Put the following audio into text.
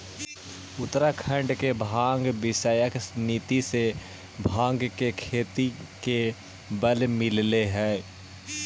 उत्तराखण्ड के भाँग विषयक नीति से भाँग के खेती के बल मिलले हइ